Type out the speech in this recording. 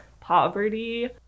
poverty